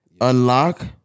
Unlock